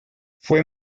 fue